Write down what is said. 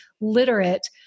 literate